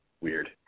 Weird